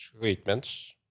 treatments